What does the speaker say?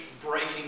breaking